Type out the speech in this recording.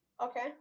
Okay